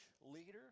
leader